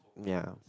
ya